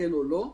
כן או לא,